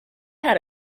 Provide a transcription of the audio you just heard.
had